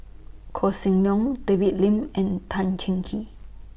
Koh Seng Leong David Lim and Tan Cheng Kee